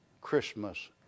Christmas